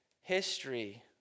history